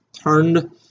Turned